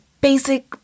basic